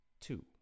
two